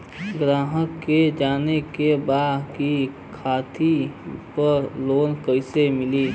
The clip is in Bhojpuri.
ग्राहक के जाने के बा की खेती पे लोन कैसे मीली?